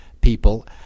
people